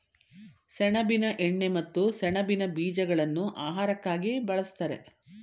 ಸೆಣಬಿನ ಎಣ್ಣೆ ಮತ್ತು ಸೆಣಬಿನ ಬೀಜಗಳನ್ನು ಆಹಾರಕ್ಕಾಗಿ ಬಳ್ಸತ್ತರೆ